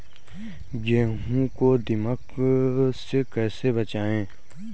गेहूँ को दीमक से कैसे बचाएँ?